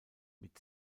mit